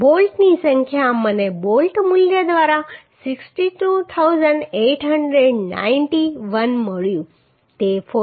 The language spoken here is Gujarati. બોલ્ટની સંખ્યા મને બોલ્ટ મૂલ્ય દ્વારા 62891 મળ્યું તે 45